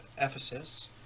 Ephesus